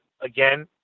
again